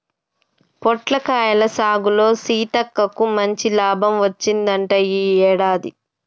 పొట్లకాయల సాగులో సీతక్కకు మంచి లాభం వచ్చిందంట ఈ యాడాది